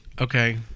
okay